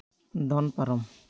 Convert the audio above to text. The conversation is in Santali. ᱫᱚᱱ ᱯᱟᱨᱚᱢ